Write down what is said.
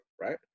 right